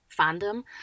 fandom